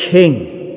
king